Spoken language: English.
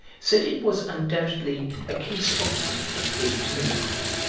said it was undoubtedly a case of protective mimicry.